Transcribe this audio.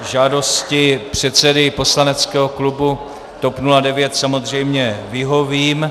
Žádosti předsedy poslaneckého klubu TOP 09 samozřejmě vyhovím.